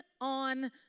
on